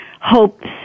hopes